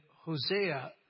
Hosea